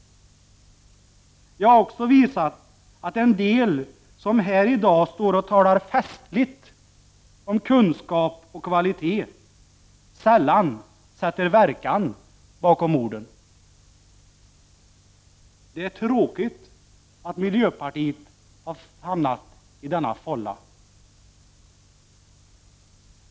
Jag har också visat att en del som här i dag står och talar festligt om kunskap och kvalitet sällan sätter verkan bakom orden. Det är tråkigt att miljöpartiet har hamnat i denna fålla.